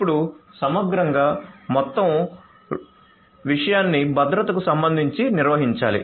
ఇప్పుడు సమగ్రంగా మొత్తం విషయాన్ని భద్రతకు సంబంధించి నిర్వహించాలి